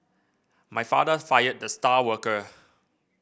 my father fired the star worker